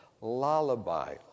lullaby